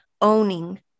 owning